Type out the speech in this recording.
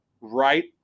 right